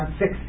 six